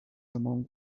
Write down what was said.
among